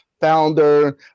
founder